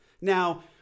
Now